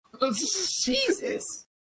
Jesus